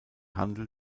handel